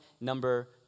number